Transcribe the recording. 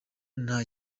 nta